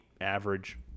Average